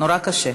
נורא קשה.